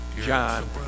John